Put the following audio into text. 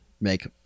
make